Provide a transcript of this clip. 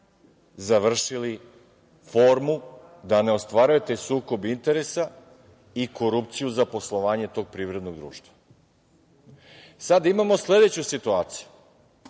završili formu da ne ostvarujete sukob interesa i korupciju za poslovanje tog Privrednog društva. Sada imamo sledeću situaciju